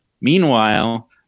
Meanwhile